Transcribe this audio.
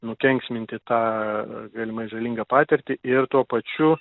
nukenksminti tą galimai žalingą patirtį ir tuo pačiu